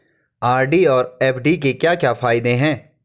RD और FD के क्या क्या फायदे हैं?